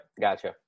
gotcha